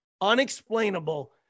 unexplainable